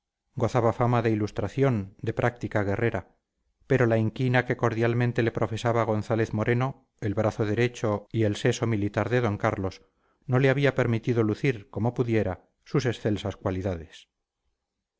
gozaba fama de ilustración de práctica guerrera pero la inquina que cordialmente le profesaba gonzález moreno el brazo derecho y el seso militar de d carlos no le había permitido lucir como pudiera sus excelsas cualidades